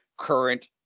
current